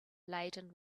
laden